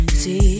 see